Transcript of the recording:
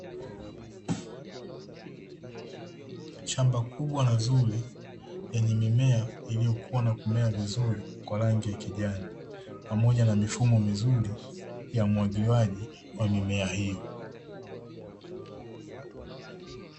Shamba kubwa na zuri, lenye mimea iliyokua na kumea vizuri kwa rangi ya kijani, pamoja na mifumo mizuri ya umwagiliaji wa mimea hiyo.